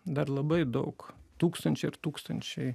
dar labai daug tūkstančiai ir tūkstančiai